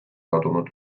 kadunud